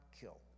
kill